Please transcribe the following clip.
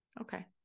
okay